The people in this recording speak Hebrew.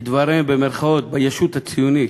כדבריהם ב"ישות הציונית"